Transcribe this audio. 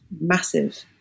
massive